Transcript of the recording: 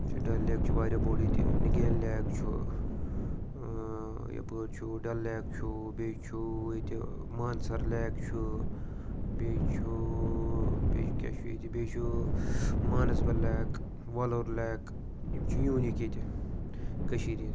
یہِ چھُ ڈَل لیک چھُ واریاہ بوٚڑ ییٚتہِ نِگیٖن لیک چھُ یَپٲرۍ چھُ ڈَل لیک چھُ بیٚیہِ چھُ ییٚتہِ مانسَر لیک چھُ بیٚیہِ چھُ بیٚیہِ کیٛاہ چھُ ییٚتہِ بیٚیہِ چھُ مانَسبَل لیک وۄلُر لیک یِم چھِ یوٗنیٖک ییٚتہِ کٔشیٖرِ ہِنٛدۍ